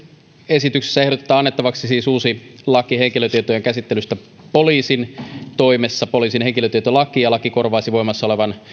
esityksessä ehdotetaan annettavaksi uusi laki henkilötietojen käsittelystä poliisitoimessa poliisin henkilötietolaki ja laki korvaisi voimassa olevan